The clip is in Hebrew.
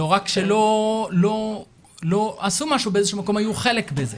לא רק שלא עשו משהו, באיזשהו מקום היו חלק בזה.